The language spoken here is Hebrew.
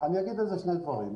אני אומר על זה שני דברים.